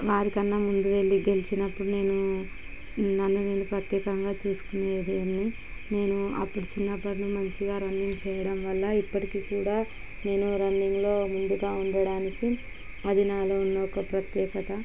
వారి కన్నా ముందుగా వెళ్ళి గెలిచినప్పుడు నేను నన్ను నేను ప్రత్యేకంగా చూసుకునే దాన్ని నేను అప్పుడు చిన్నప్పుడు మంచిగా రన్నింగ్ చేయడం వల్ల ఇప్పటికి కూడా నేను రన్నింగ్లో ముందుగా ఉండడానికి అది నాలో ఉన్న ఒక ప్రత్యేకత